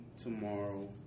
tomorrow